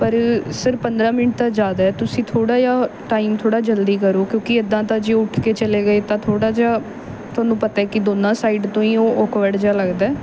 ਪਰ ਸਰ ਪੰਦਰਾਂ ਮਿੰਟ ਤਾਂ ਜ਼ਿਆਦਾ ਤੁਸੀਂ ਥੋੜ੍ਹਾ ਜਿਹਾ ਟਾਈਮ ਥੋੜ੍ਹਾ ਜਲਦੀ ਕਰੋ ਕਿਉਂਕਿ ਇੱਦਾਂ ਤਾਂ ਜੇ ਉਹ ਉੱਠ ਕੇ ਚਲੇ ਗਏ ਤਾਂ ਥੋੜ੍ਹਾ ਜਿਹਾ ਤੁਹਾਨੂੰ ਪਤਾ ਕਿ ਦੋਨਾਂ ਸਾਈਡ ਤੋਂ ਹੀ ਉਹ ਓਕਵਡ ਜਿਹਾ ਲੱਗਦਾ